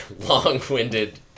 long-winded